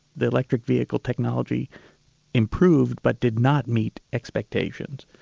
the electric vehicle technology improved, but did not meet expectations,